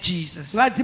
Jesus